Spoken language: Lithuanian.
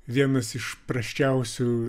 vienas iš prasčiausių